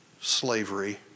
slavery